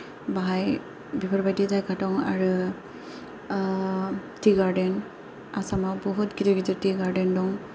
बाहाय बेफोरबायदि जायगा दं आरो ति गार्देन आसामाव बुहुद गिदिर गिदिर ति गार्देन दं